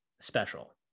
special